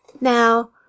Now